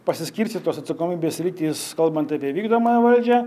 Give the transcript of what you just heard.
pasiskirstytos atsakomybės sritys kalbant apie vykdomąją valdžią